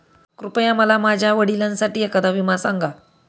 कृपया मला माझ्या वडिलांसाठी एखादा विमा सांगा